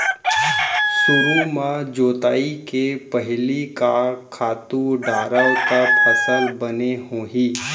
सुरु म जोताई के पहिली का खातू डारव त फसल बने होही?